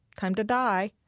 time to die.